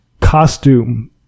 costume